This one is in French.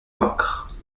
vaincre